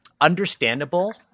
understandable